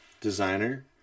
Designer